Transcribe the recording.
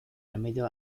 remedio